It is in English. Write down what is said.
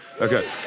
Okay